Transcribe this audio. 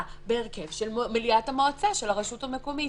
בהרכב של מליאת המועצה של הרשות המקומית,